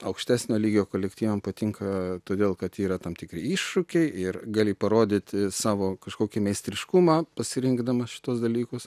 aukštesnio lygio kolektyvam patinka todėl kad yra tam tikri iššūkiai ir gali parodyti savo kažkokį meistriškumą pasirinkdamas šituos dalykus